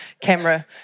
camera